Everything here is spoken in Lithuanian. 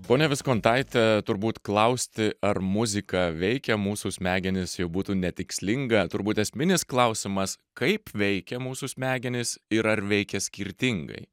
ponia viskontaite turbūt klausti ar muzika veikia mūsų smegenis jau būtų netikslinga turbūt esminis klausimas kaip veikia mūsų smegenis ir ar veikia skirtingai